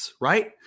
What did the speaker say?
right